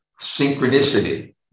Synchronicity